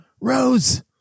Rose